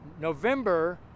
November